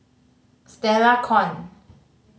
Stella Kon